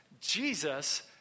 Jesus